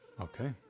Okay